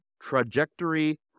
trajectory